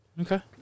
Okay